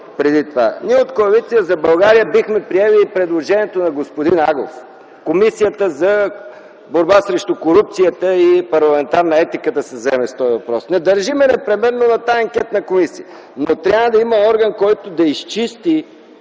преди това. Ние, от Коалиция за България, бихме приели и предложението на господин Агов – Комисията за борба с корупцията и конфликт на интереси и парламентарна етика да се заеме с този въпрос, не държим непременно на тази анкетна комисия. Но трябва да има орган, който да изчисти